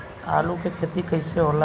आलू के खेती कैसे होला?